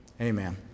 Amen